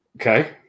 Okay